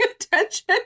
attention